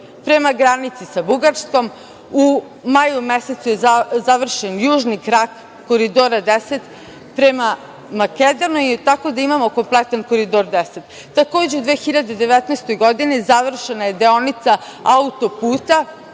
prema granici sa Bugarskom, u maju mesecu je završen južni krak Koridora 10 prema Makedoniji, tako da imamo kompletan Koridor 10.Takođe, u 2019. godini završena je deonica Autoputa